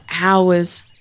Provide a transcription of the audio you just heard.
hours